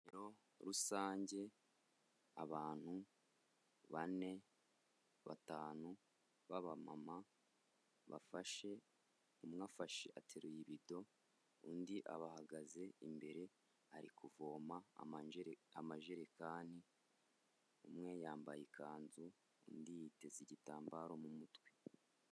Ivomero rusange abantu bane, batanu, babamama bafashe umwe afashe ateruye ibido undi abahagaze imbere ari kuvoma amanjel amajerekani umwe yambaye ikanzu undi yiteze igitambaro mu mutwe.